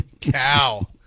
cow